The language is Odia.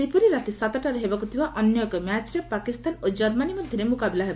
ସେହିପରି ରାତି ସାତଟାରେ ହେବାକୁ ଥିବା ଅନ୍ୟ ଏକ ମ୍ୟାଚ୍ରେ ପାକିସ୍ତାନ ଓ କର୍ମାନୀ ମଧ୍ୟରେ ମୁକାବିଲା ହେବ